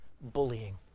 bullying